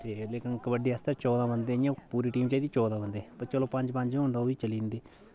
ते लेकिन कबड्डी आस्तै चौदां बंदे इ'यां पूरी टीम चाहि्दी चौदां बंदे पर चलो पंज पंज होन तां ओह् बी चली जंदी